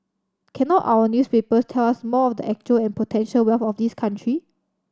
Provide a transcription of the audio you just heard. cannot our newspapers tell us more of the actual and potential wealth of this country